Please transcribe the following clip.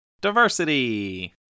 Diversity